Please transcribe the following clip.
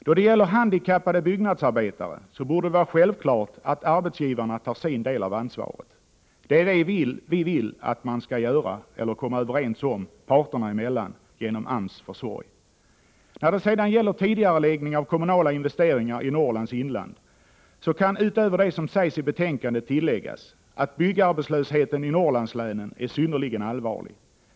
Då det gäller handikappade byggnadsarbetare borde det vara självklart att arbetsgivarna tar sin del av ansvaret. Det är det vi vill att parterna skall komma överens om genom AMS försorg. I fråga om tidigareläggning av kommunala investeringar i Norrlands inland, så kan utöver det som sägs i betänkandet framhållas att byggarbetslösheten i Norrlandslänen är synnerligen allvarlig.